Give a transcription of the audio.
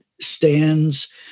stands